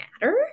matter